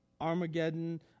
Armageddon